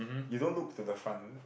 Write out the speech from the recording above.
you don't look to the front